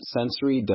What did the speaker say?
Sensory